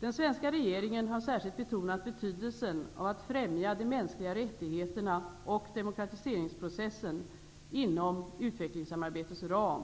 Den svenska regeringen har särskilt betonat betydelsen av att främja de mänskliga rättigheterna och demokratiseringsprocessen inom utvecklingssamarbetets ram.